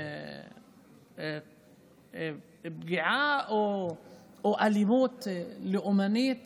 זו פגיעה או אלימות לאומנית